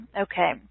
Okay